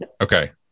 Okay